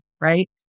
right